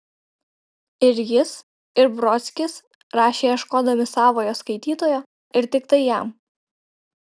ir jis ir brodskis rašė ieškodami savojo skaitytojo ir tiktai jam